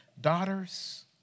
daughters